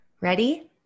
Ready